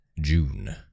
June